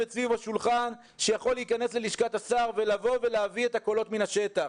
סביב השולחן ויכול להיכנס ללשכת השר ולהביא את הקולות מן השטח.